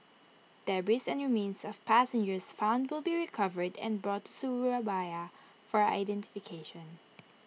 debris and remains of passengers found will be recovered and brought to Surabaya for identification